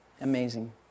Amazing